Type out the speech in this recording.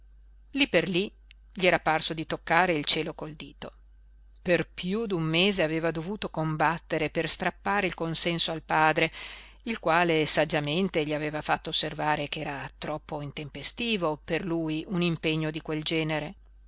lí per lí gli era parso di toccare il cielo col dito per piú d'un mese aveva dovuto combattere per strappare il consenso al padre il quale saggiamente gli aveva fatto osservare ch'era troppo intempestivo per lui un impegno di quel genere